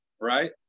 right